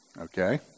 Okay